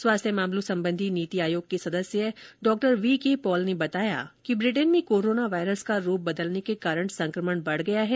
स्वास्थ्य मामलों संबंधी नीति आयोग के सदस्य डॉ वी के पॉल ने बताया कि ब्रिटेन में कोरोना वायरस का रूप बदलने के कारण संक्रमण बढ गया है